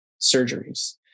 surgeries